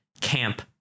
Camp